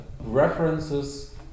references